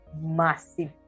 massive